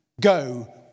go